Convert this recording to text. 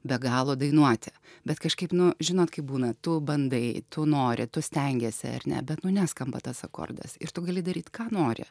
be galo dainuoti bet kažkaip nu žinot kaip būna tu bandai tu nori tu stengiesi ar ne bet nu neskamba tas akordas ir tu gali daryt ką nori